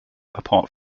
apart